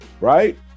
Right